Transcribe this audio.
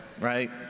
right